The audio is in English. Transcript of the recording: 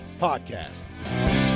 podcasts